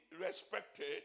respected